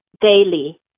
daily